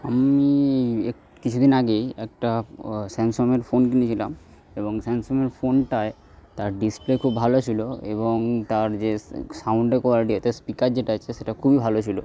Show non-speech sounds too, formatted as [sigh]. আমি এক কিছু দিন আগেই একটা স্যামসংয়ের ফোন কিনেছিলাম এবং স্যামসংয়ের ফোনটায় তার ডিসপ্লে খুব ভালো ছিলো এবং তার যে সাউন্ডের কোয়ালিটি [unintelligible] স্পিকার যেটা আছে সেটা খুবই ভালো ছিলো